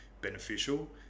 beneficial